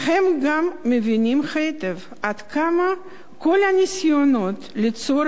הם גם מבינים היטב עד כמה כל הניסיונות ליצור